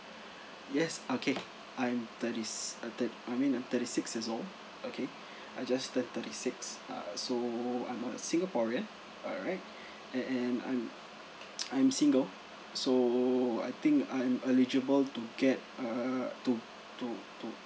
yes okay I'm thirties I'm the I mean I'm thirty six years old okay I just turned thirty six uh so I'm a singaporean alright and and I'm I'm single so I think I'm eligible to get err to to to